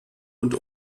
und